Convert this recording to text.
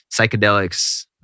psychedelics